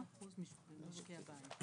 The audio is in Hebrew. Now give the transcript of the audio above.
42% ממשקי הבית.